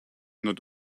not